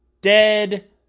dead